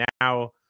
now